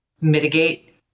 mitigate